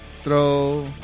Throw